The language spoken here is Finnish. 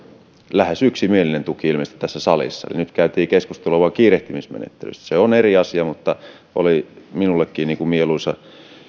lähes yksimielinen tuki tässä salissa nyt käytiin keskustelua vain kiirehtimismenettelystä se on eri asia mutta oli minullekin mieluisa